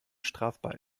strafbar